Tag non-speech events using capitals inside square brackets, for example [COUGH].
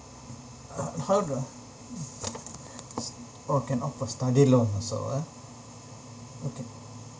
[COUGHS] how do I oh can opt for study loan also ah okay